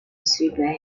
several